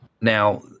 Now